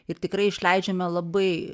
ir tikrai išleidžiame labai